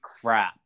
crap